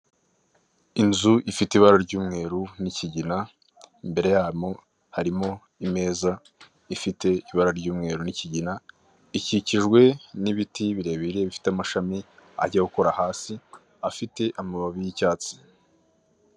Inzu ifite ibara ry'umweru n'ikigina imbere yayo harimo imeza ifite ibara ry'umweru n'ikigina, ikikijwe n'ibiti birebire bifite amashami ajya gukora hasi bifite amababi y'icyatsi.